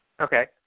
Okay